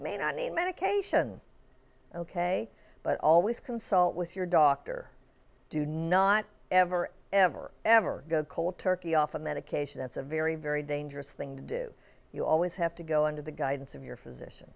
may not need medication ok but always consult with your doctor do not ever ever ever go cold turkey off a medication that's a very very dangerous thing to do you always have to go under the guidance of your physician